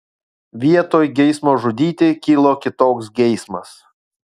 vietoj geismo žudyti kilo kitoks geismas